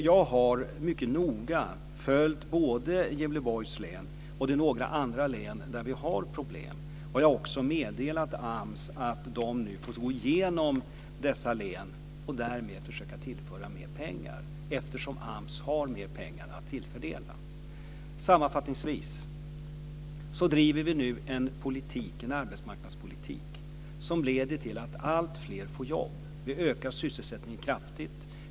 Jag har mycket noga följt utvecklingen i Gävleborgs län och i några andra län där det finns problem, och jag har också meddelat AMS att man nu får gå igenom dessa län och försöka tillföra dem mer pengar, eftersom AMS har mer pengar att fördela. Sammanfattningsvis driver vi nu en arbetsmarknadspolitik som leder till att alltfler får jobb. Vi ökar sysselsättningen kraftigt.